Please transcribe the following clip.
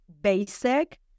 basic